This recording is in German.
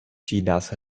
chinas